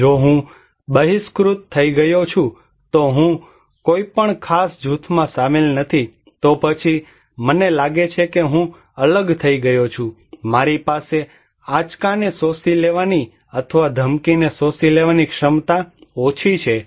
જો હું બહિષ્કૃત થઈ ગયો છું તો હું કોઈ પણ ખાસ જૂથમાં શામેલ નથી તો પછી મને લાગે છે કે હું અલગ થઈ ગયો છું મારી પાસે આંચકાને શોષી લેવાની અથવા ધમકીને શોષી લેવાની ક્ષમતા ઓછી છે